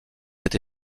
été